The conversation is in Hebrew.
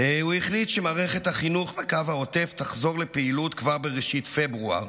הוא החליט שמערכת החינוך בקו העוטף תחזור לפעילות כבר בראשית פברואר,